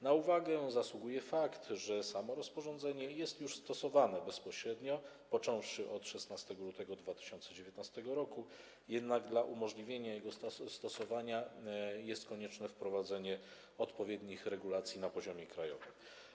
Na uwagę zasługuje fakt, że samo rozporządzenie jest już stosowane bezpośrednio, począwszy od 16 lutego 2019 r., jednak dla umożliwienia jego stosowania konieczne jest wprowadzenie odpowiednich regulacji na poziomie krajowym.